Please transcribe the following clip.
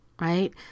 right